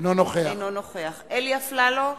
אינו נוכח אלי אפללו,